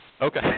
Okay